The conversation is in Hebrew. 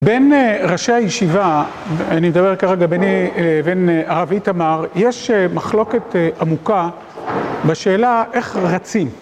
בין ראשי הישיבה, אני מדבר כרגע בין הרב איתמר, יש מחלוקת עמוקה בשאלה איך רצים.